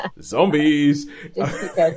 Zombies